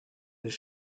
his